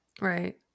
Right